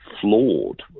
flawed